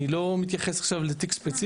אני לא מתייחס עכשיו לתיק ספציפי.